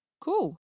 cool